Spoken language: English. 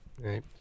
Right